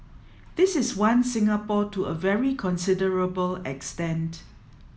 this is one Singapore to a very considerable extent